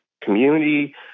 community